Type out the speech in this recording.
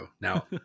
Now